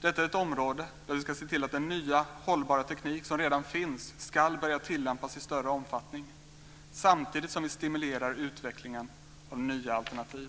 Detta är ett område där vi ska se till att den nya hållbara teknik som redan finns ska börja tillämpas i större omfattning samtidigt som vi stimulerar utvecklingen av nya alternativ.